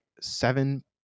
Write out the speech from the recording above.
seven